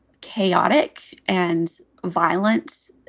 chaotic and violent,